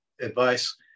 advice